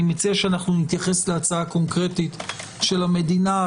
אני מציע שנתייחס להצעה הקונקרטית של המדינה.